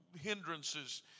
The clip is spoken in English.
Hindrances